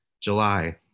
July